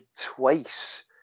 twice